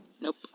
Nope